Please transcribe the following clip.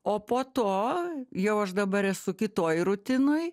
o po to jau aš dabar esu kitoj rutinoj